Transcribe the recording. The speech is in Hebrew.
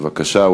בבקשה,